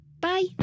Bye